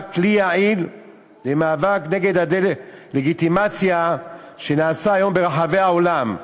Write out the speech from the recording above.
כלי יעיל למאבק נגד הדה-לגיטימציה שנעשית היום ברחבי העולם.